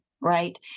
right